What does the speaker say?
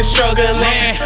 Struggling